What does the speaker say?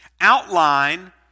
outline